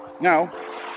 Now